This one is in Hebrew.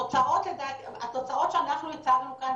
התוצאות שאנחנו הצגנו כאן,